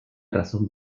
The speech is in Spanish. razón